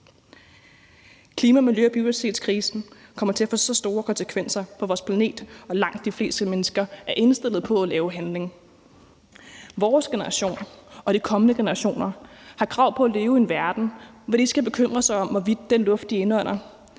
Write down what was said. Klima-, miljø- og biodiversitetskrisen kommer til at få store konsekvenser for vores planet, og langt de fleste mennesker er indstillet på at handle. Vores generation og de kommende generationer har krav på at leve i en verden, hvor de ikke skal bekymre sig om, hvorvidt den luft de indånder,